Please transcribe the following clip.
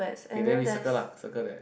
okay then we circle lah circle that